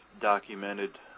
documented